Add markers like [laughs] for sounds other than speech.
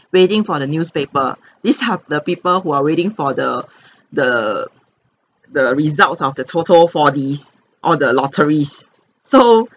waiting for the newspaper [breath] this have the people who are waiting for the [breath] the the results of the toto four Ds or the lotteries [laughs] so